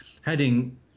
heading